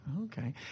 Okay